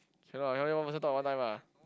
cannot can only one person talk one time lah